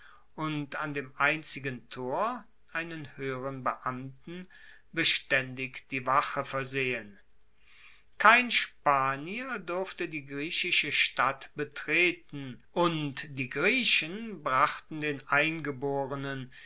und an dem einzigen tor einen hoeheren beamten bestaendig die wache versehen kein spanier durfte die griechische stadt betreten und die griechen brachten den eingeborenen